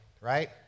right